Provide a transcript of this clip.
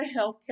healthcare